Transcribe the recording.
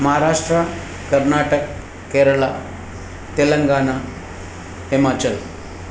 Maharashtra Karnataka Kerala Telangana Himachal